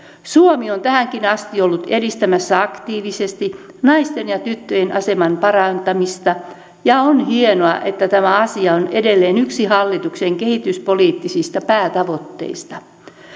suomi on tähänkin asti ollut edistämässä aktiivisesti naisten ja tyttöjen aseman parantamista ja on hienoa että tämä asia on edelleen yksi hallituksen kehityspoliittisista päätavoitteista